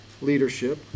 leadership